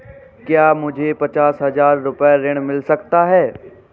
क्या मुझे पचास हजार रूपए ऋण मिल सकता है?